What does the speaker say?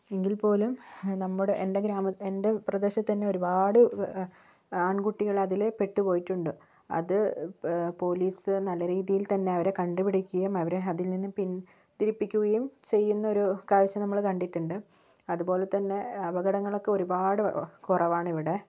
എങ്കിൽപ്പോലും നമ്മുടെ എൻ്റെ ഗ്രാമ എൻ്റെ പ്രദേശത്തുതന്നെ ഒരുപാട് ആൺകുട്ടികളതിൽ പെട്ടുപോയിട്ടുണ്ട് അത് പോലീസ് നല്ല രീതിയിൽ തന്നെ അവരെ കണ്ടുപിടിക്കുകയും അവരെ അതിൽ നിന്ന് പിൻ തിരിപ്പിക്കുകയും ചെയ്യുന്നൊരു കാഴ്ച നമ്മൾ കണ്ടിട്ടുണ്ട് അതുപോലെതന്നെ അപകടങ്ങളൊക്കെ ഒരുപാട് കുറവാണിവിടെ